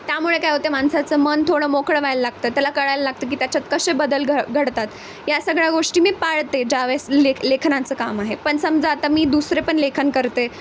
त्यामुळे काय होते माणसाचं मन थोडं मोकळं व्हायला लागतं त्याला कळायला लागतं की त्याच्यात कसे बदल घ घडतात या सगळ्या गोष्टी मी पाळते ज्यावेळेस ले लेखनाचं काम आहे पण समजा आता मी दुसरे पण लेखन करते